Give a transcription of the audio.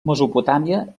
mesopotàmia